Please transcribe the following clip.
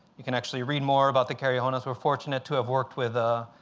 you can actually read more about the carijonas. we're fortunate to have worked with ah